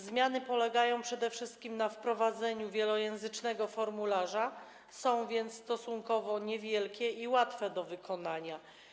Zmiany polegają przede wszystkim na wprowadzeniu wielojęzycznego formularza, są więc stosunkowo niewielkie i łatwe do wykonania.